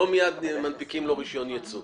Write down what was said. לא מיד מנפיקים לו רישיון ייצוא.